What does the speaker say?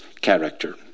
character